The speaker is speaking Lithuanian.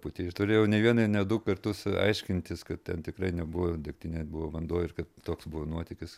pūtei ir turėjau ne vieną ir ne du kartus aiškintis kad ten tikrai nebuvo degtinė buvo vanduo ir kad toks buvo nuotykis